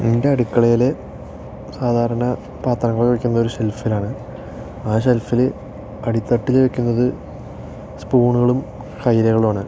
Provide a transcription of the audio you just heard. എൻ്റെ അടുക്കളയിൽ സാധാരണ പാത്രങ്ങൾ വയ്ക്കുന്നത് ഒരു ഷെൽഫിലാണ് ആ ഷെൽഫിൽ അടിത്തട്ടിൽ വയ്ക്കുന്നത് സ്പൂണുകളും കയിലുകളുമാണ്